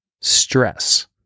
stress